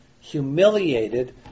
humiliated